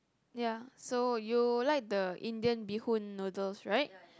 ya so you like the Indian bee-hoon all those right